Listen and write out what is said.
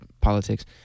politics